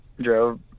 drove